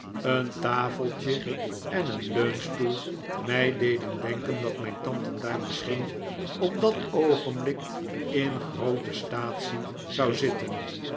een tafeltje en een leunstoel mij deden denken dat mijn tante daar misschien op dat oogenblik in groote staatsie zou zitten